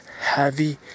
heavy